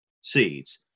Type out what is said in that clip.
seeds